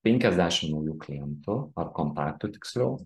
penkiasdešim naujų klientų ar kontaktų tiksliau